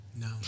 No